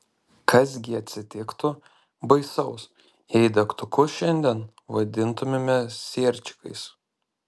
kas gi atsitiktų baisaus jei degtukus šiandien vadintumėme sierčikais